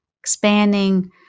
Expanding